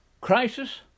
crisis